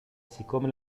siccome